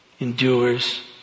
endures